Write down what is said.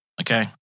okay